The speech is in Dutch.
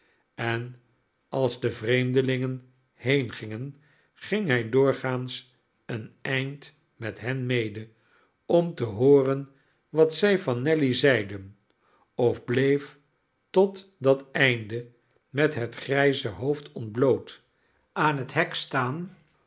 en als de vreemdelingen heengingen ging hij doorgaans een eind met hen mede om te hooren wat zij van nelly zeiden of bleef tot dat einde met het grijze hoofd ontbloot aan het hek staan